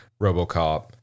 robocop